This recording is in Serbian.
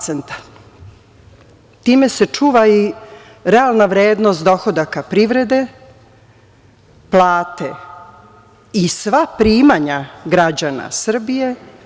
Time se čuva i realna vrednost dohodaka privrede, plate i sva primanja građana Srbije.